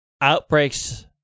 outbreaks